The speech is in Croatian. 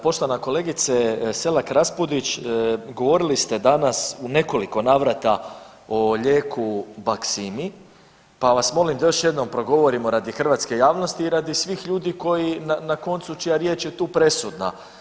Poštovana kolegice Selak Raspudić, govorili ste danas u nekoliko navrata o lijeku Baqcimi, pa vas molim da još jednom progovorimo radi hrvatske javnosti i radi svih ljudi koji na koncu čija riječ je tu presudna.